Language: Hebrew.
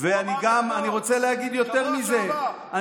הוא אמר אתמול, בשבוע שעבר, בטלוויזיה.